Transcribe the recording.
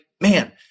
man